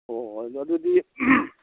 ꯑꯣ ꯑꯗꯨꯗꯤ